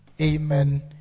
Amen